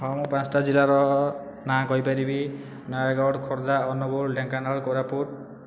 ହଁ ମୁଁ ପାଞ୍ଚୋଟି ଜିଲ୍ଲାର ନାଁ କହିପାରିବି ନୟାଗଡ଼ ଖୋର୍ଦ୍ଧା ଅନୁଗୁଳ ଢେଙ୍କାନାଳ କୋରାପୁଟ